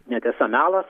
netiesa melas